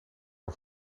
nog